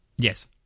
Yes